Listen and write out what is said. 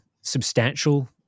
substantial